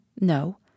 No